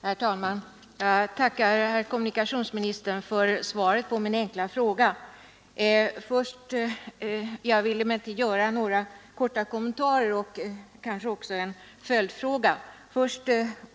Herr talman! Jag tackar herr kommunikationsministern för svaret på min enkla fråga. Jag vill emellertid göra några korta kommentarer och kanske även ställa en följdfråga.